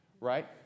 right